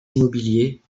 immobiliers